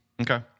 Okay